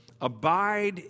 abide